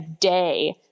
day